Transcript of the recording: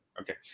Okay